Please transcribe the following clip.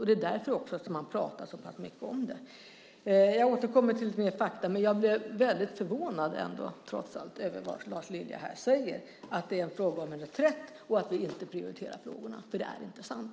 Det är därför som man pratar så pass mycket om det. Jag återkommer till fler fakta. Men jag blev alltså väldigt förvånad över vad Lars Lilja här sade, att det är fråga om en reträtt och att vi inte prioriterar frågorna. Det är inte sant.